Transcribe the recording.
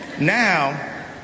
Now